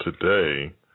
today